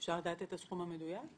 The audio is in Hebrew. אפשר לדעת את הסכום המדויק?